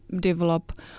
develop